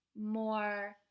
more